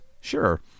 sure